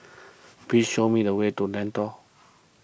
please show me the way to Lentor